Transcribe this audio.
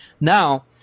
Now